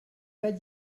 pas